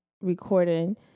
recording